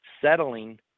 settling